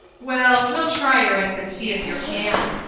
well, we'll tryeranc'n'seefyercan.